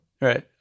Right